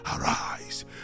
arise